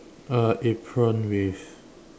uh apron with